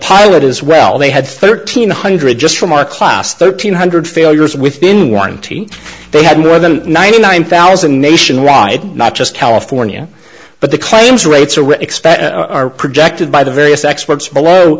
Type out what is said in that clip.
pilot as well they had thirteen hundred just from our class thirteen hundred failures within warranty they had more than ninety nine thousand nationwide not just california but the claims rates are we're expecting our projected by the various experts below